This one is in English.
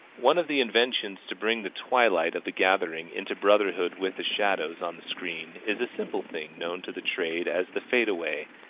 one of the inventions to bring the twilight of the gathering into brotherhood with the shadows on the screen is a simple thing known to the trade as the fadeaway,